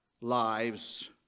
lives